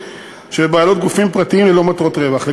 שבבעלות גופים פרטיים ללא מטרות רווח.